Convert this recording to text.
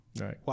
right